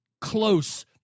close